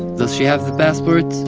does she have the passport?